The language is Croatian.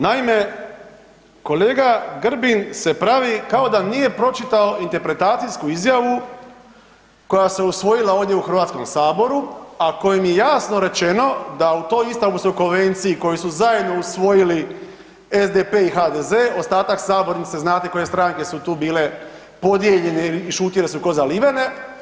Naime, kolega Grbin se pravi kao da nije pročitao interpretacijsku izjavu koja se usvojila ovdje u HS, a kojim je jasno rečeno da u toj Istambulskoj konvenciji koju su zajedno usvojili SDP i HDZ, ostatak sabornice znate koje stranke su tu bile podijeljene i šutjele su ko zalivene.